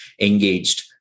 engaged